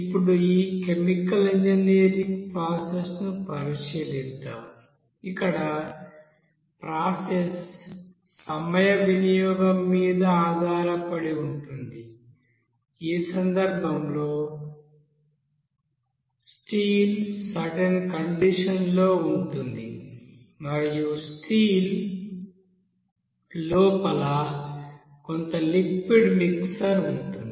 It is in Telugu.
ఇప్పుడు ఈ కెమికల్ ఇంజనీరింగ్ ప్రాసెస్ ను పరిశీలిద్దాం ఇక్కడ ప్రాసెస్ సమయం వినియోగం మీద ఆధారపడి ఉంటుంది ఈ సందర్భంలో స్టీల్ సర్టెన్ కండిషన్ లో ఉంటుంది మరియు ఈ స్టీల్ లోపల కొంత లిక్విడ్ మిక్సర్ ఉంటుంది